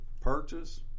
purchase